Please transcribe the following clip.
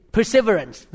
Perseverance